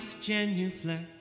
genuflect